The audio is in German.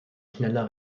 schneller